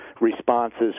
responses